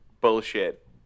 bullshit